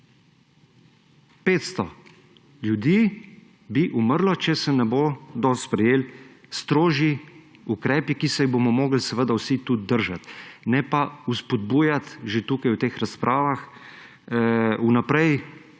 500 ljudi bi umrlo, če se ne bodo sprejeli strožji ukrepi, ki se jih bomo morali seveda vsi tudi držati. Ne pa vzpodbujati, že tukaj v teh razpravah vnaprej